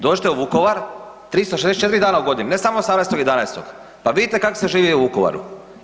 Dođite u Vukovar 364 dana u godini ne samo 18.11., pa vidite kako se živi u Vukovaru.